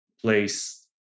place